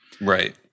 Right